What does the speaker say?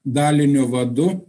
dalinio vadu